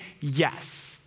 yes